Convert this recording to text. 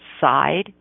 side